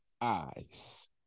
eyes